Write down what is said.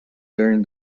during